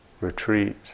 retreat